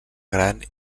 gran